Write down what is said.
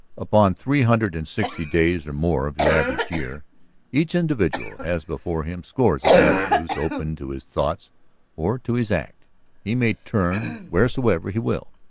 upon three hundred and sixty days or more of the average year each individual has before him scores of avenues open to his thoughts or to his act he may turn wheresoever he will.